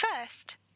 First